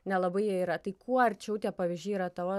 nelabai jie yra tai kuo arčiau tie pavyzdžiai yra tavo